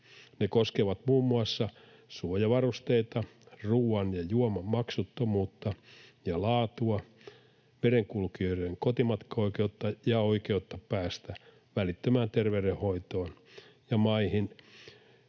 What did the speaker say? Ne koskevat muun muassa suojavarusteita, ruoan ja juoman maksuttomuutta ja laatua, merenkulkijoiden kotimatkaoikeutta ja oikeutta päästä välittömään terveydenhoitoon ja maihin